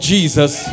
Jesus